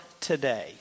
today